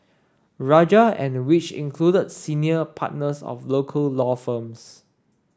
rajah and which included senior partners of local law firms